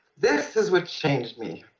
this is what changed me.